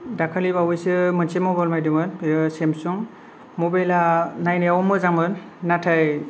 दाखालि बावैसो मोनसे मबाइल बायदोंमोन बेयो सेमसुं मबाइला नायनायाव मोजांमोन नाथाय